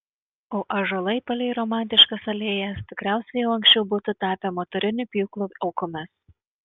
o ąžuolai palei romantiškas alėjas tikriausiai jau anksčiau būtų tapę motorinių pjūklų aukomis